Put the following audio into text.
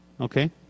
Okay